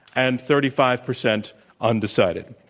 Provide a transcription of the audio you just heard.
and thirty five percent undecided.